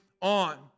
on